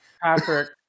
Patrick